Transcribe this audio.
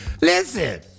Listen